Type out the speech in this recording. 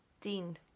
Dean